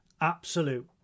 absolute